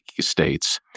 states